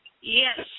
Yes